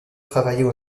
travaillait